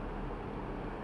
untuk for like